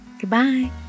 Goodbye